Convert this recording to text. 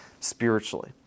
spiritually